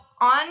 on